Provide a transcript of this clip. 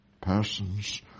persons